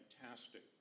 fantastic